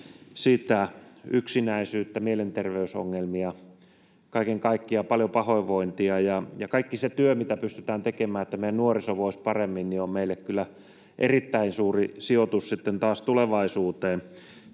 yksinäisyyttä ja mielenterveysongelmia ja toi kaiken kaikkiaan paljon pahoinvointia. Kaikki se työ, mitä pystytään tekemään, jotta meidän nuoriso voisi paremmin, on meille kyllä erittäin suuri sijoitus sitten